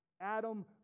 Adam